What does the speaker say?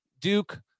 Duke